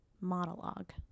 monologue